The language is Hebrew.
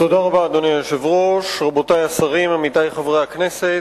תודה רבה, רבותי השרים, עמיתי חברי הכנסת,